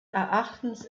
erachtens